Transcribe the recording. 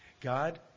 God